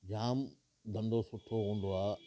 जामु धंधो सुठो हूंदो आहे